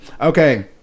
okay